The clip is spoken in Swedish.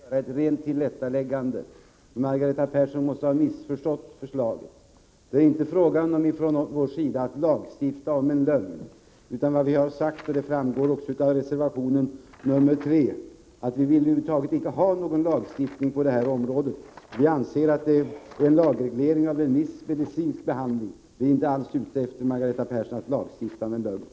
Fru talman! Jag sade inledningsvis att jag inte avsåg att begära replik i denna debatt, men jag vill nu göra ett tillrättaläggande. Margareta Persson måste ha missförstått förslaget. Det är från vår sida inte fråga om att lagstifta om en lögn. Vi har sagt — och det framgår också av reservation nr 3 — att vi över huvud taget icke vill ha någon lagstiftning på detta område. Vi anser att det gäller en lagreglering av en viss medicinsk behandling. Vi är inte alls, Margareta Persson, ute efter att lagstifta om en lögn.